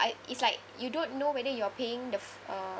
I it's like you don't know whether you're paying the f~ uh